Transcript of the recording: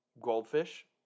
goldfish